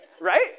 right